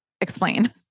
explain